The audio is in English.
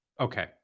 okay